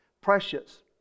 precious